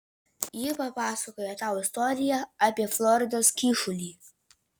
ji papasakojo tau istoriją apie floridos kyšulį